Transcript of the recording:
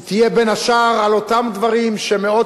היא תהיה בין השאר על אותם דברים שמאות